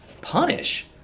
punish